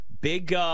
Big